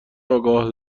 آگاه